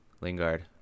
Lingard